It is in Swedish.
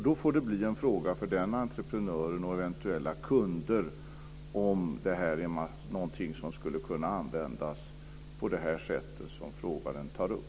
Det får bli en fråga för den entreprenören och eventuella kunder om detta är någonting som skulle kunna användas på det sätt som frågeställaren tar upp.